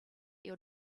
your